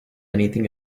anything